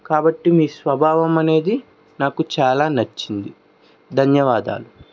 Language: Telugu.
కాబట్టి మీ స్వభావం అనేది నాకు చాలా నచ్చింది ధన్యవాదాలు